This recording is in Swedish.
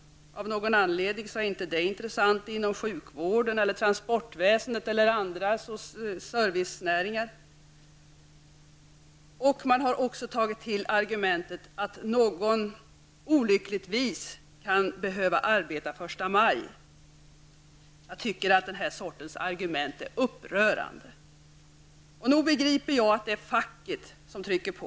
Av någon anledning är det inte intressant vad gäller sjukvården, transportväsendet eller andra servicenäringar. Vidare har man sagt att det skulle vara olyckligt att behöva arbeta första maj. Jag tycker att den sortens argument är upprörande. Nog begriper jag att det är facket som trycker på.